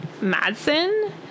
Madsen